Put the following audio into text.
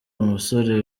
umusore